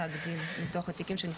נמוך.